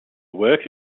work